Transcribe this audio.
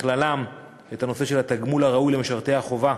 בכללם את הנושא של התגמול הראוי למשרתי החובה,